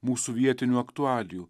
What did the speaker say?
mūsų vietinių aktualijų